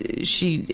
she,